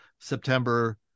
september